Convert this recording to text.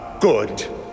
good